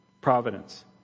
providence